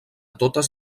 totes